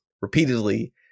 repeatedly